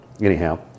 anyhow